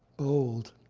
bold,